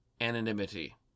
anonymity